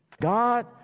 God